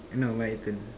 eh no my turn